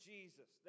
Jesus